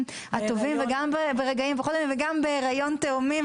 הטובים וגם ברגעים הפחות טובים וגם בהיריון תאומים,